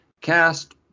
cast